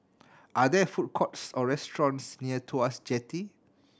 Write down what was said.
are there food courts or restaurants near Tuas Jetty